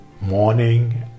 morning